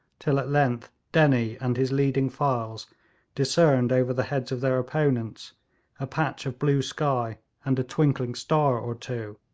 till at length dennie and his leading files discerned over the heads of their opponents a patch of blue sky and a twinkling star or two,